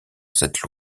cette